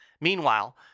Meanwhile